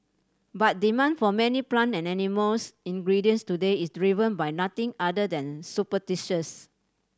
but demand for many plant and animals ingredients today is driven by nothing other than superstitions